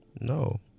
no